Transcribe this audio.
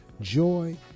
Joy